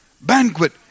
banquet